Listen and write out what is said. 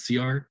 CR